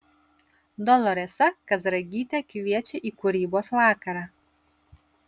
doloresa kazragytė kviečia į kūrybos vakarą